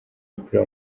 w’umupira